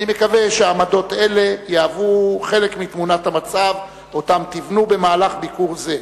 אני מקווה שעמדות אלה יהוו חלק מתמונת המצב שתבנו במהלך ביקור זה.